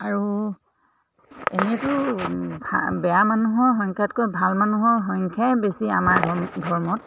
আৰু এনেতো ভা বেয়া মানুহৰ সংখ্যাতকৈ ভাল মানুহৰ সংখ্যাই বেছি আমাৰ ধ ধৰ্মত